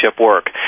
work